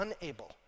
unable